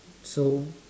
so